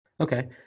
okay